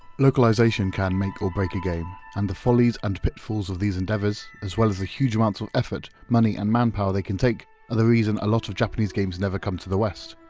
localization can make or break a game, and the follies and pitfalls of these endeavors as well as a huge amounts of effort, money, and manpower they can take are the reason a lot of japanese games never come to the west.